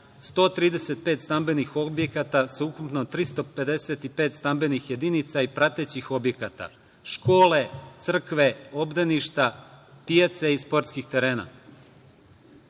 135 stambenih objekata sa ukupno 355 stambenih jedinica i pratećih objekata, škole, crkve, obdaništa, pijaca i sportskih